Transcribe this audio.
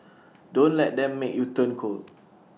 don't let them make you turn cold